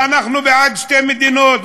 ואנחנו בעד שתי מדינות,